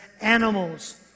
animals